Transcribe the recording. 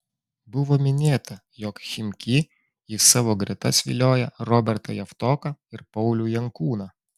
buvo minėta jog chimki į savo gretas vilioja robertą javtoką ir paulių jankūną